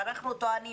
אנחנו טוענים,